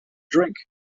drink